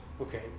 Okay